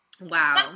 Wow